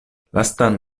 lastan